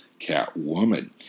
Catwoman